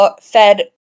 fed